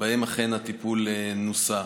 שבהם אכן הטיפול נוסה.